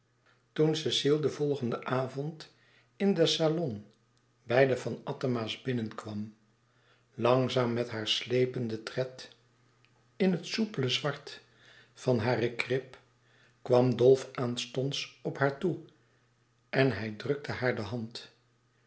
cecile den volgenden avond in den salon bij de van attema's binnen kwam langzaam met haar slependen tred in het soupele zwart van haar krip kwam dolf aanstonds op haar toe en hij drukte haar de hand